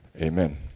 Amen